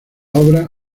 obra